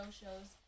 shows